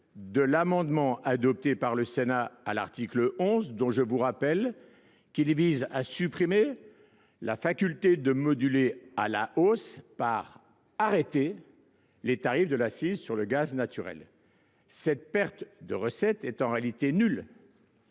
de l'amendement adopté par le Sénat à l'article 11 dont je vous rappelle qu'il vise à supprimer la faculté de moduler à la hausse par arrêter les tarifs de l'assise sur le gaz naturel. Cette perte de recette est en réalité nulle,